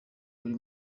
buri